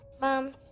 Mom